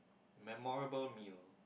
memorable meal